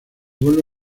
vuelve